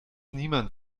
niemand